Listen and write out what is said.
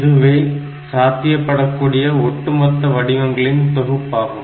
இதுவே சாத்தியப்படக்கூடிய ஒட்டுமொத்த வடிவங்களின் தொகுப்பாகும்